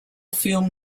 film